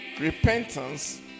repentance